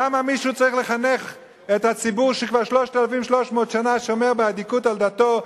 למה מישהו צריך לחנך את הציבור שכבר 3,300 שנה שומר באדיקות על דתו,